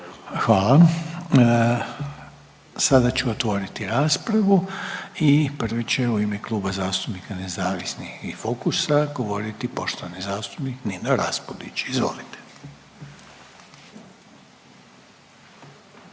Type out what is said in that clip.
Hvala. Sada ću otvoriti raspravu i prvi će u ime Kluba zastupnika Nezavisnih i Fokusa, govoriti poštovani zastupnik Nino Raspudić. Izvolite.